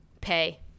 Pay